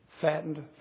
fattened